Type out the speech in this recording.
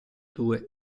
due